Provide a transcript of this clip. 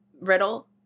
riddle